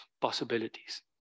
possibilities